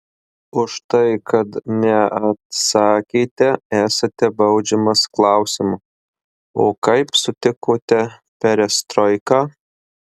už tai kad neatsakėte esate baudžiamas klausimu o kaip sutikote perestroiką